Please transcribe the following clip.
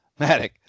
Matic